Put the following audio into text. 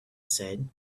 said